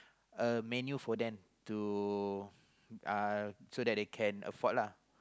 a menu for them to uh so that they can afford lah